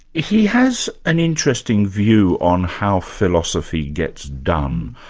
he has an interesting view on how philosophy gets done.